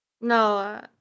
No